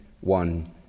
one